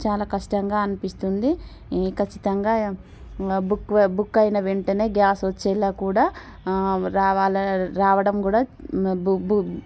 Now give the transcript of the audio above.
చాలా కష్టంగా అనిపిస్తుంది ఖచ్చితంగా బుక్ బుక్ అయిన వెంటనే గ్యాస్ వచ్చేలాగ కూడా రావాల రావడం కూడా